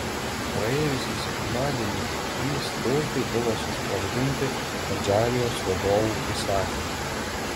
praėjusį sekmadienį trys tiltai buvo susprogdinti adžarijos vadovų įsakymu